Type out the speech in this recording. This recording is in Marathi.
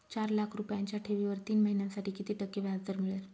चार लाख रुपयांच्या ठेवीवर तीन महिन्यांसाठी किती टक्के व्याजदर मिळेल?